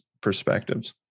perspectives